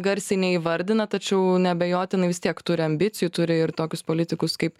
garsiai neįvardina tačiau neabejotinai vis tiek turi ambicijų turi ir tokius politikus kaip